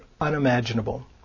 unimaginable